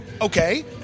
okay